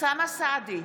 אוסאמה סעדי,